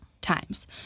times